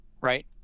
right